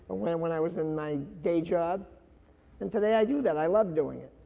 when when i was in my day job and today i do that, i love doing it.